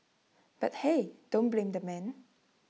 but hey don't blame the man